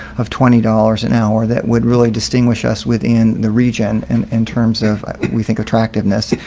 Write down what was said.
of twenty dollars an hour that would really distinguish us within the region and in terms of we think attractiveness.